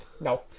no